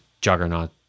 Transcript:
juggernaut